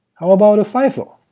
how about a fifo?